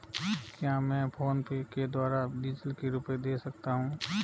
क्या मैं फोनपे के द्वारा डीज़ल के रुपए दे सकता हूं?